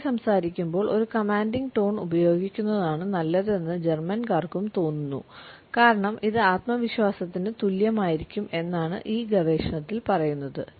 ഒരു വ്യക്തി സംസാരിക്കുമ്പോൾ ഒരു കമാൻഡിംഗ് ടോൺ ഉപയോഗിക്കുന്നതാണ് നല്ലതെന്ന് ജർമ്മൻകാർക്കും തോന്നുന്നു കാരണം ഇത് ആത്മവിശ്വാസത്തിന് തുല്യമായിരിക്കും എന്നാണു ഈ ഗവേഷണത്തിൽ പറയുന്നത്